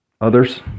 others